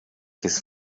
his